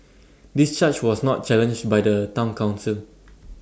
this charge was not challenged by the Town Council